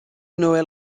noël